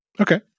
okay